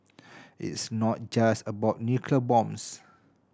it's not just about nuclear bombs